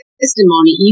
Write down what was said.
testimony